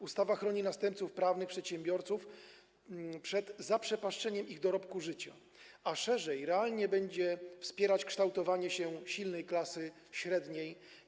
Ustawa uchroni następców prawnych przedsiębiorców przed zaprzepaszczeniem ich dorobku życia, a szerzej - realnie będzie wspierać kształtowanie się silnej klasy średniej.